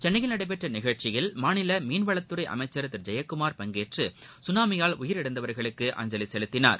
சென்னையில் நடைபெற்ற நிகழ்ச்சியில் மாநில மீன்வளத்துறை அமைச்சர் திரு ஜெயக்குமார் பங்கேற்று சுனாமியால் உயிரிழந்தவர்களுக்கு அஞ்சலி செலுத்தினார்